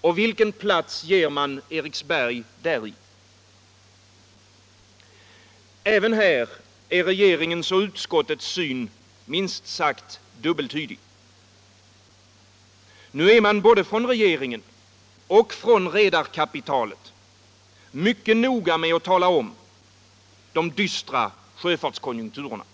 Och vilken plats ger man Eriksberg däri? Även här är regeringens och utskottets syn minst sagt dubbeltydig. Nu är man både från regeringen och från redarkapitalet mycket noga med att tala om de dystra sjöfartskonjunkturerna.